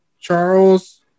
Charles